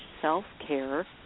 self-care